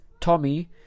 Tommy